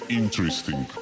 interesting